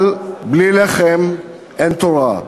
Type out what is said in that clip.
אבל בלי לחם אין תורה.